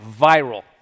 viral